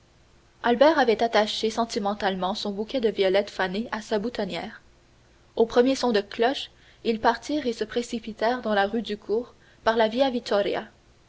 albert avait attaché sentimentalement son bouquet de violettes fanées à sa boutonnière au premier son de cloche ils partirent et se précipitèrent dans la rue du cours par la via